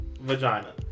vagina